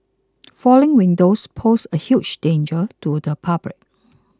falling windows pose a huge danger to the public